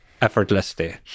effortlessly